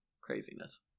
Craziness